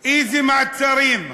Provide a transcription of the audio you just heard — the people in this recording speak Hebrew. איזה מעצרים,